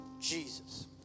Jesus